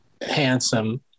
handsome